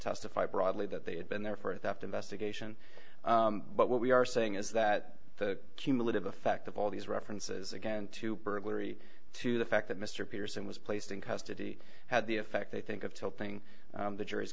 testify broadly that they had been there for a theft investigation but what we are saying is that the cumulative effect of all these references again to burglary to the fact that mr peterson was placed in custody had the effect i think of helping the jur